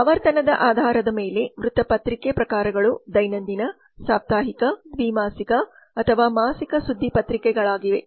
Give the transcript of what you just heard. ಆವರ್ತನದ ಆಧಾರದ ಮೇಲೆ ವೃತ್ತ ಪತ್ರಿಕೆ ಪ್ರಕಾರಗಳು ದೈನಂದಿನ ಸಾಪ್ತಾಹಿಕ ದ್ವಿ ಮಾಸಿಕ ಅಥವಾ ಮಾಸಿಕ ಸುದ್ದಿಪತ್ರಿಕೆಗಳಾಗಿವೆ